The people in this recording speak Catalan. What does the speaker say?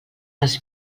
els